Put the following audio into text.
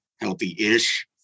healthy-ish